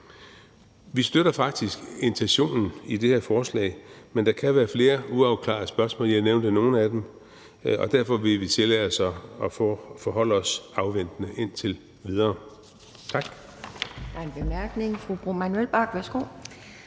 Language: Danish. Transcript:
Vi støtter faktisk intentionen i det her forslag, men der kan være flere uafklarede spørgsmål. Jeg nævnte nogle af dem, og derfor vil vi tillade os at forholde os afventende indtil videre. Tak.